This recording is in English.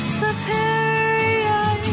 superior